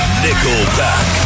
Nickelback